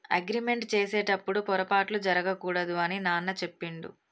agreement చేసేటప్పుడు పొరపాట్లు జరగకూడదు అని నాన్న చెప్పిండు